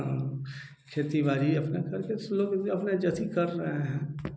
खेती बाड़ी करके लोग अपना जैसे कर रहे हैं